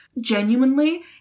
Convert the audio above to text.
genuinely